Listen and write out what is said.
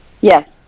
Yes